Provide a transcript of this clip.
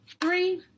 three